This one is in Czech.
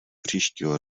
příštího